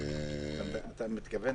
אתה מתכוון